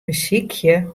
besykje